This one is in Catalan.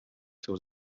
seus